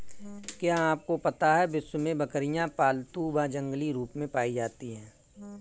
क्या आपको पता है विश्व में बकरियाँ पालतू व जंगली रूप में पाई जाती हैं?